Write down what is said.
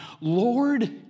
Lord